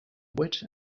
wit